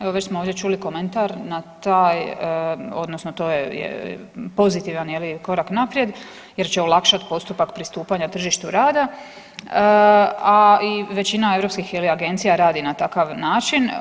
Evo već smo ovdje čuli komentar na taj odnosno to je pozitivan je li korak naprijed jer će olakšati postupak pristupanja tržištu rada, a i većina europskih je li agencija radi na takav način.